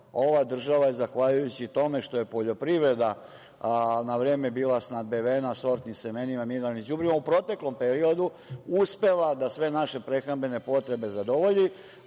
ova država je zahvaljujući tome što je poljoprivreda na vreme bila snabdevena sortnim semenima, mineralnim đubrivom, u proteklom periodu uspela da sve naše prehrambene potrebe zadovolji,